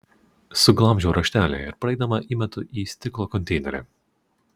suglamžau raštelį ir praeidama įmetu į stiklo konteinerį